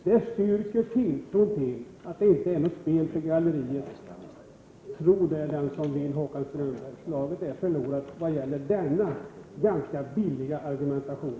Det stärker tilltron till att det inte är något spel för gallerierna. Tro det den som vill, Håkan Strömberg, slaget är förlorat vad gäller denna, ganska billiga argumentation.